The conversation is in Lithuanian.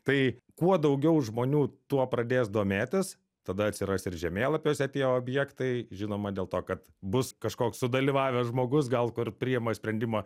tai kuo daugiau žmonių tuo pradės domėtis tada atsiras ir žemėlapiuose tie objektai žinoma dėl to kad bus kažkoks sudalyvavęs žmogus gal kur priima sprendimą